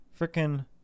freaking